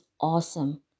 awesome